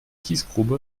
kiesgrube